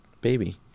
baby